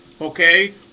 Okay